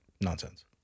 Nonsense